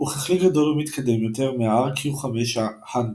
וככלי גדול ומתקדם יותר מהRQ-5 האנטר.